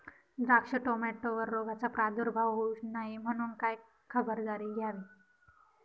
द्राक्ष, टोमॅटोवर रोगाचा प्रादुर्भाव होऊ नये म्हणून काय खबरदारी घ्यावी?